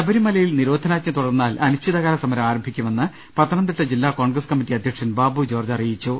ശബരിമലയിൽ നിരോധനാജ്ഞ തുടർന്നാൽ അനിശ്ചിതകാല സമരം ആരംഭിക്കുമെന്ന് പത്തനംതിട്ട ജില്ല കോൺഗ്രസ് കമ്മിറ്റി അധ്യക്ഷൻ ബാബു ജോർജ്ജ് പറഞ്ഞു